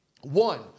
One